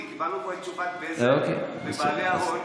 כי קיבלנו פה את תשובת בזק ובעלי ההון,